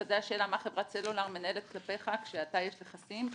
זו השאלה מה חברת סלולר מנהלת כלפיך כשאתה יש לך סים,